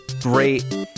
great